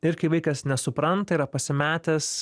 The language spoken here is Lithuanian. ir kai vaikas nesupranta yra pasimetęs